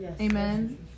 Amen